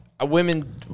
women